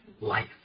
life